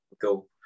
go